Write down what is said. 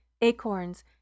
acorns